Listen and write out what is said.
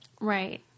Right